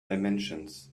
dimensions